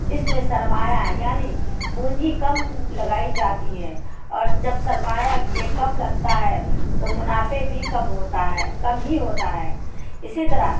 جس میں سرمایہ یعنی پونجی کم لگائی جاتی ہے اور جب سرمایہ یہ کم لگتا ہے تو منافع بھی کم ہوتا ہے کم ہی ہوتا ہے اسی طرح